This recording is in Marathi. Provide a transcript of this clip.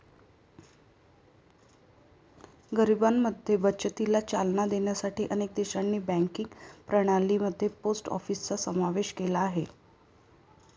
गरिबांमध्ये बचतीला चालना देण्यासाठी अनेक देशांनी बँकिंग प्रणाली मध्ये पोस्ट ऑफिसचा समावेश केला आहे